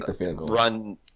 run